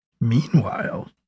Meanwhile